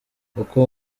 uko